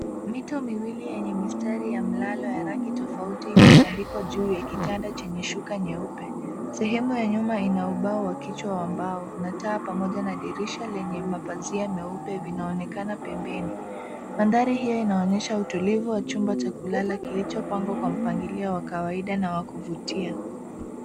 Mito miwili yenye mistari ya mlalo ya rangi tofauti imetandikwa juu ya kitanda chenye shuka nyeupe. Sehemu ya nyuma ina ubao wa kichwa wa mbao na taa pamoja na dirisha lenye mapazia meupe vinaonekana pembeni. Mandhari hii inaonyesha utulivu wa chumba cha kulala kilichopangwa kwa mpangilio wa kawaida na wa kuvutia.